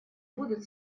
будут